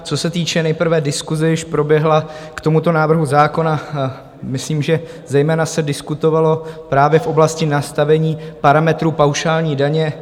Co se týče nejprve diskuse, jež proběhla k tomuto návrhu zákona, myslím, že zejména se diskutovalo právě v oblasti nastavení parametrů paušální daně.